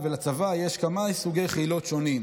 ולצבא יש כמה סוגי חילות שונים: